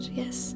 yes